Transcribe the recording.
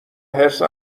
حرص